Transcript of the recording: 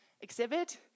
exhibit